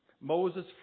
Moses